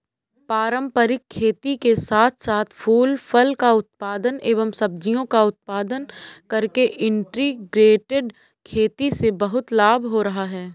पारंपरिक खेती के साथ साथ फूल फल का उत्पादन एवं सब्जियों का उत्पादन करके इंटीग्रेटेड खेती से बहुत लाभ हो रहा है